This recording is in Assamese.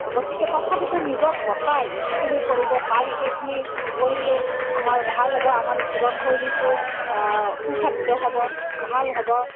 গতিকে তথাপিতো নিজক বচাই যিখিনি কৰিব পাৰি সেইখিনি কৰিলে আমাৰ ভাল হ'ব আমাৰ জীৱন শৈলীটো সু খাদ্য হ'ব ভাল হ'ব